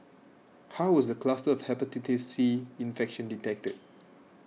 how was the cluster of Hepatitis C infection detected